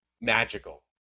magical